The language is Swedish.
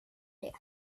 det